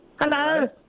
Hello